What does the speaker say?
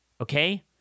Okay